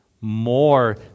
more